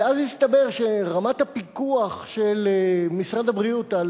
ואז הסתבר שרמת הפיקוח של משרד הבריאות על